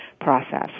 process